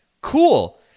cool